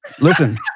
Listen